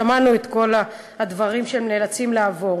שמענו את כל הדברים שהם נאלצים לעבור.